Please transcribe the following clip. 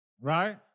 right